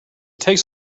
takes